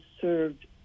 served